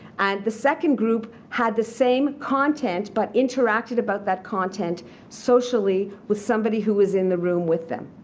and the second group had the same content but interacted about that content socially with somebody who was in the room with them.